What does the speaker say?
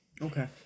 Okay